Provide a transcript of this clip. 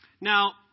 Now